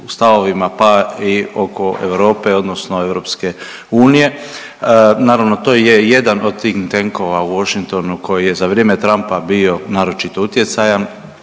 pa i oko Europe odnosno EU. Naravno to je jedan od tih …/Govornik se ne razumije./… u Washingtonu koji je za vrijeme Trumpa bio naročito utjecajan,